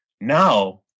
now